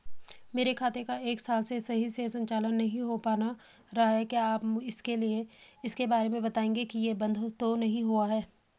मेरे खाते का एक साल से सही से संचालन नहीं हो पाना रहा है क्या आप इसके बारे में बताएँगे कि ये बन्द तो नहीं हुआ है?